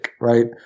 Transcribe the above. right